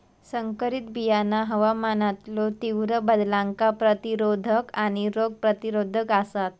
संकरित बियाणा हवामानातलो तीव्र बदलांका प्रतिरोधक आणि रोग प्रतिरोधक आसात